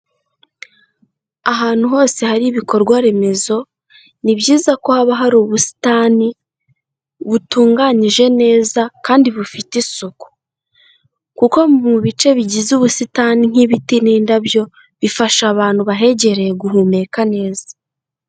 Ahantu hose hari ibikorwa remezo ni byiza ko haba hari ubusitani butunganyije neza kandi bufite isuku, kuko mu bice bigize ubusitani nk'ibiti n'indabyo bifasha abantu bahegereye guhumeka neza.